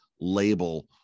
label